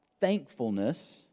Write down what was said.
thankfulness